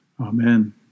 Amen